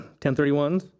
1031s